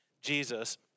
Jesus